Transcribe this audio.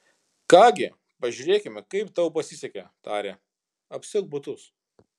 ką gi pažiūrėkime kaip tau pasisekė tarė apsiauk batus